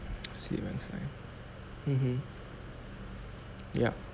mmhmm yup